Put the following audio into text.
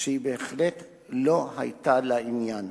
שהיא בהחלט לא היתה לעניין.